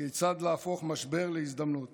כיצד להפוך משבר להזדמנות